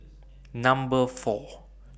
Number four